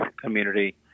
community